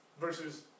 versus